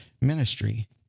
ministry